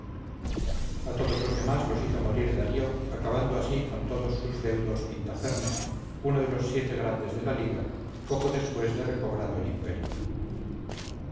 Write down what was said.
a todos los demás los hizo morir darío acabando así con todos sus deudos intafernes uno de los siete grandes de la liga poco después de recobrado el imperio